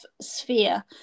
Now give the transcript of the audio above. sphere